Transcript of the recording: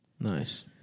Nice